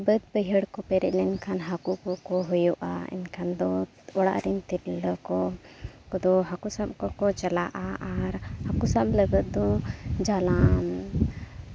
ᱵᱟᱹᱫᱽ ᱵᱟᱹᱭᱦᱟᱹᱲ ᱠᱚ ᱯᱮᱨᱮᱡ ᱞᱮᱱᱠᱷᱟᱱ ᱦᱟᱹᱠᱩ ᱠᱚᱠᱚ ᱦᱩᱭᱩᱜᱼᱟ ᱮᱱᱠᱷᱟᱱ ᱫᱚ ᱚᱲᱟᱜ ᱨᱮᱱ ᱛᱤᱨᱞᱟᱹ ᱠᱚᱫᱚ ᱦᱟᱹᱠᱩ ᱥᱟᱵ ᱠᱚᱠᱚ ᱪᱟᱞᱟᱜᱼᱟ ᱟᱨ ᱦᱟᱹᱠᱩ ᱥᱟᱵ ᱞᱟᱹᱜᱤᱫ ᱫᱚ ᱡᱟᱞᱟᱢ